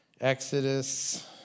Exodus